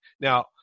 Now